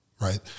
Right